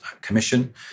commission